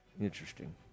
Interesting